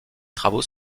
travaux